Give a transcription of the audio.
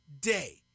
day